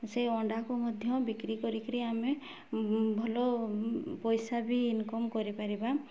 ସେ ଅଣ୍ଡାକୁ ମଧ୍ୟ ବିକ୍ରି କରିକି ଆମେ ଭଲ ପଇସା ବି ଇନକମ୍ କରିପାରିବା